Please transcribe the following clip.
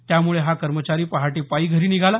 त्यामुळे हा कर्मचारी पहाटे पायी घरी परतला